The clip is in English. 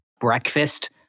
Breakfast